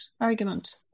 argument